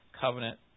covenant